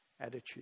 attitude